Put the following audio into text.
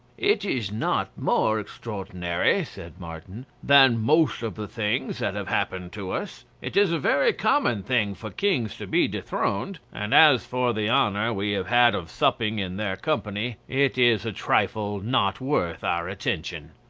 it is not more extraordinary, said martin, than most of the things that have happened to us. it is a very common thing for kings to be dethroned and as for the honour we have had of supping in their company, it is a trifle not worth our attention.